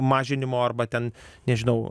mažinimo arba ten nežinau